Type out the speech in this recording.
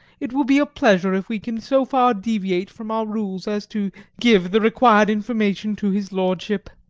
it will be a pleasure if we can so far deviate from our rules as to give the required information to his lordship.